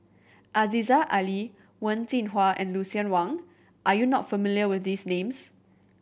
Aziza Ali Wen Jinhua and Lucien Wang are you not familiar with these names